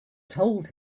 told